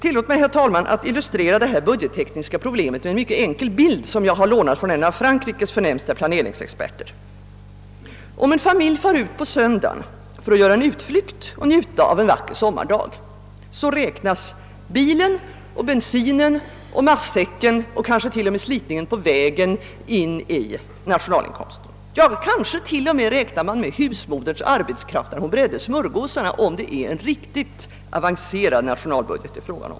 Låt mig illustrera detta budgettekniska problem med en mycket enkel bild, som jag hämtat från en av Frankrikes främsta planeringsexperter. Om en familj far ut på söndagen för att göra en utflykt och njuta av en vacker sommardag, räknas av de faktorer som då ingår i bilden bilen, bensinen och matsäcken, kanske även slitaget på vägen, in i nationalinkomsten. Ja, kanske räk nas t.o.m. husmoderns arbetskraft när hon bredde smörgåsarna in i detta sammanhang, om det är fråga om en riktigt avancerad nationalbudget.